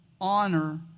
honor